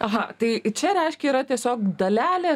aha tai čia reiškia yra tiesiog dalelė